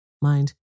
Mind